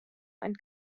and